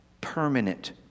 permanent